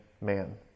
man